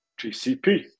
GCP